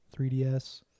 3DS